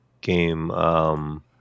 game